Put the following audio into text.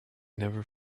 never